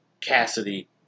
Cassidy